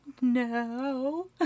no